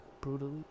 brutally